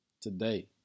Today